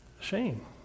Shame